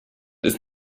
ist